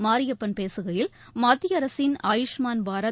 மாரியப்பன் பேசுகையில் மத்திய அரசின் ஆயுஷ்மான் பாரத்